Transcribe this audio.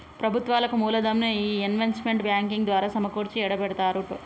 ప్రభుత్వాలకు మూలదనం ఈ ఇన్వెస్ట్మెంట్ బ్యాంకింగ్ ద్వారా సమకూర్చి ఎడతారట